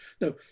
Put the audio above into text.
No